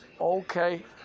Okay